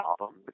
album